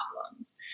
problems